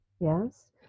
yes